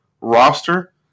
roster